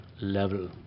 level